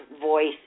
voice